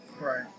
Right